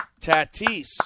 Tatis